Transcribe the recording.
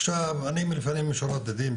עכשיו אני לפנים משורת הדין,